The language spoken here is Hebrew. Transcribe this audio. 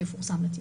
שיפורסם לציבור.